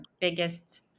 biggest